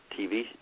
TV